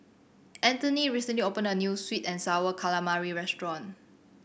Antony recently opened a new sweet and Sour Calamari restaurant